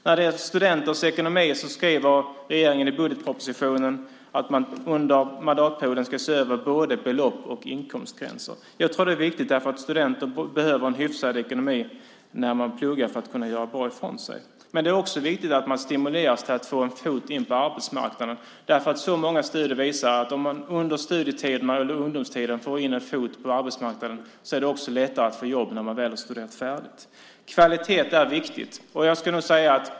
När det gäller studenters ekonomi skriver regeringen i budgetpropositionen att man under mandatperioden ska se över både belopp och inkomstgränser. Jag tror att det är viktigt. Studenter behöver en hyfsad ekonomi när de pluggar för att kunna göra bra ifrån sig. Det är också viktigt att man stimuleras att få in en fot på arbetsmarknaden. Många studier visar att om man under studietiden och ungdomstiden får in en fot på arbetsmarknaden är det lättare att få jobb när man har studerat färdigt. Kvalitet är viktigt.